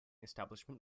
establishment